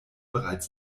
bereits